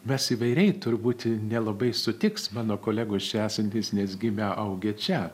mes įvairiai turbūt nelabai sutiks mano kolegos čia esantys nes gimę augę čia